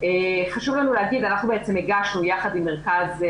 אני חושב שיש אפילו דו"ח מבקר על העובדה שהמשרדים